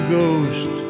ghost